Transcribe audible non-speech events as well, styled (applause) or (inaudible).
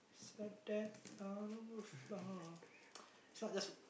slap that all on the floor (noise) it's not just